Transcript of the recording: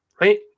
right